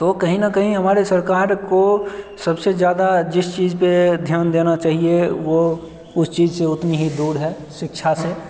तो कहीं ना कहीं हमारी सरकार को सबसे ज़्यादा जिस चीज़ पर ध्यान देना चाहिए वह उस चीज़ से उतनी ही दूर है शिक्षा से